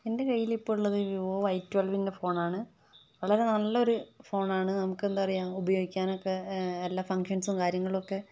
എന്റെ കയ്യിൽ ഇപ്പോൾ ഉള്ളത് വിവോ വൈ ട്വൽവിന്റെ ഫോണാണ് വളരെ നല്ലൊരു ഫോണാണ് നമുക്ക് എന്താ പറയുക ഉപയോഗിക്കാനൊക്കെ എല്ലാ ഫംഗ്ഷൻസും കാര്യങ്ങളുമൊക്കെ